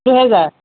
দুহেজাৰ